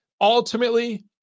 ultimately